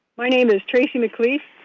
my name is tracy mccleaf.